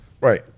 right